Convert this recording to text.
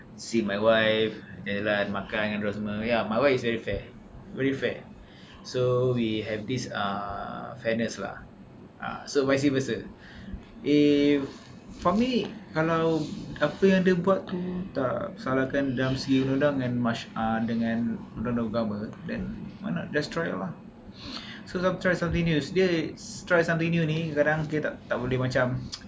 see my wife jalan-jalan makan dengan dia orang semua ya my wife is very fair very fair so we have this uh fairness lah ha so vice versa if for me kalau apa yang dia buat tu tak salah kan dalam segi undang-undang and dengan undang-undang agama then why not just try lah so try something new cause dia try something new ni kadang-kadang dia tak boleh macam